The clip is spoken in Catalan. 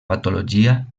patologia